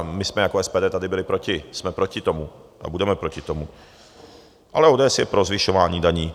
My jsme jako SPD tady byli proti, jsme proti tomu a budeme proti tomu, ale ODS je pro zvyšování daní.